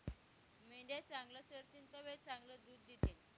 मेंढ्या चांगलं चरतीन तवय चांगलं दूध दितीन